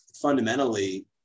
fundamentally